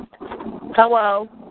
Hello